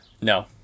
No